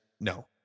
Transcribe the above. no